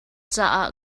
caah